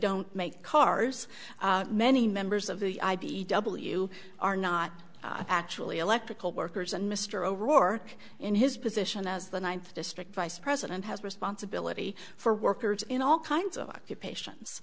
don't make cars many members of the i b e w are not actually electrical workers and mr o'rourke in his position as the ninth district vice president has responsibility for workers in all kinds of occupations